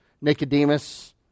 Nicodemus